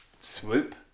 swoop